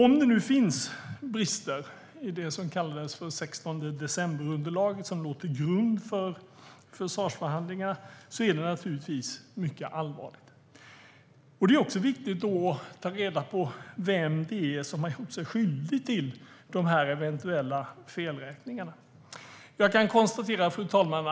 Om det nu finns brister i det som kallades 16-decemberunderlaget, som låg till grund för försvarsförhandlingarna, är det naturligtvis mycket allvarligt. Då är det också viktigt att ta reda på vem det är som har gjort sig skyldig till de eventuella felräkningarna. Fru talman!